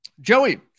Joey